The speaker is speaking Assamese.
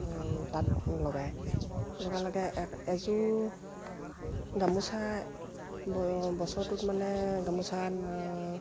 তাঁত লগায় লগে লগে এযোৰ গামোচা বছৰটোত মানে গামোচা